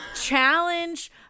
challenge